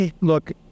Look